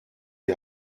die